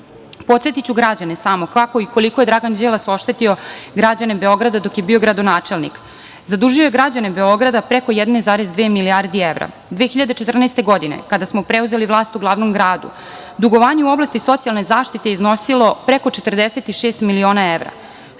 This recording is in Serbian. finansije. Podsetiću građane kako i koliko je Dragan Đilas oštetio građane Beograda dok je bio gradonačelnik. Zadužio je građane Beograda preko 1,2 milijarde evra. Godine 2014. kada smo preuzeli vlast u glavnom gradu, dugovanje u oblasti socijalne zaštite je iznosilo preko 46 miliona evra,